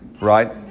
Right